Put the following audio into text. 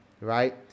right